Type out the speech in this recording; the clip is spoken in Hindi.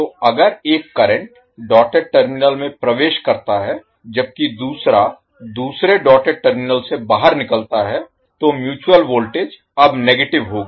तो अगर एक करंट डॉटेड टर्मिनल में प्रवेश करता है जबकि दूसरा दूसरे डॉटेड टर्मिनल से बाहर निकलता है तो म्यूचुअल वोल्टेज अब नेगेटिव होगी